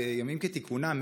בימים כתיקונם,